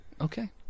Okay